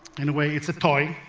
in a way, it's a toy,